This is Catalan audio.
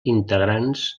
integrants